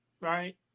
right